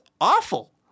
awful